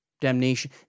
Damnation